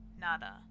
nada